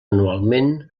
anualment